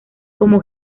como